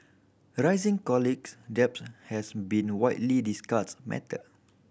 rising colleges debts has been widely discussed matter